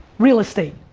real estate.